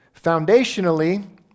Foundationally